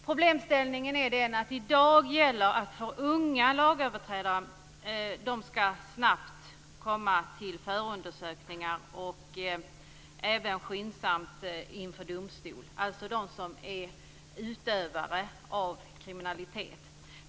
Problemställningen är den att i dag gäller att unga lagöverträdare snabbt ska komma till förundersökningar och även skyndsamt komma inför domstol. Det gäller alltså dem som är utövare av kriminalitet.